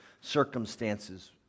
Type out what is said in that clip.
circumstances